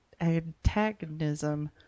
antagonism